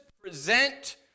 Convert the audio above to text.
present